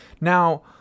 Now